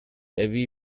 أبي